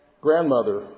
grandmother